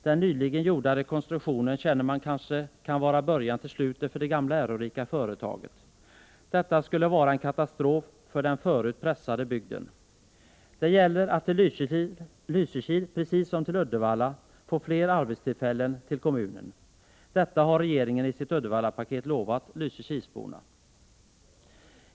Den nyligen gjorda rekonstruktionen kan kanske vara början till slutet för det gamla ärorika företaget, och det skulle vara en katastrof för den förut pressade bygden. Det gäller att få fler arbetstillfällen till Lysekil, precis som till Uddevalla. Detta har regeringen i sitt Uddevallapaket lovat lysekilsborna.